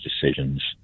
decisions